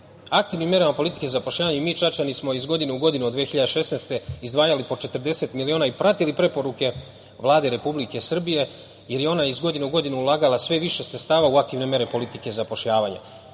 Aktivnim merama politike zapošljavanja i mi Čačani smo iz godine u godinu od 2016. godine, izdvajali po 40 miliona i pratili preporuke Vlade Republike Srbije, jer je ona iz godine u godinu ulagala sve više sredstava u aktivne mere politike zapošljavanja. Danas